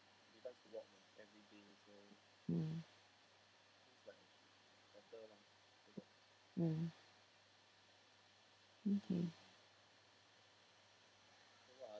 mm mm okay